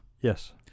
Yes